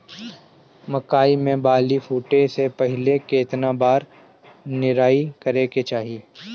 मकई मे बाली फूटे से पहिले केतना बार निराई करे के चाही?